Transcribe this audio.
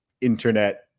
internet